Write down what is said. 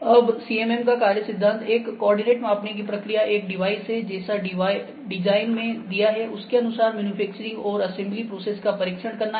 अब CMM का कार्य सिद्धांत एक कोऑर्डिनेट मापने की प्रक्रिया एक डिवाइस है जैसा डिजाइन में दिया है उसके अनुसार मैन्युफैक्चरिंग और असेंबली प्रोसेस का परिक्षण करना है